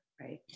right